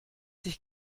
sich